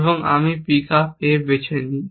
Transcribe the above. এবং আমি pick up A বেছে নিই